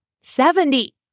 Seventy